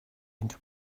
into